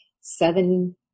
seven